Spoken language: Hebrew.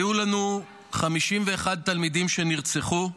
היו לנו 51 תלמידים שנרצחו,